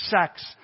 sex